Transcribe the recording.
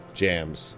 jams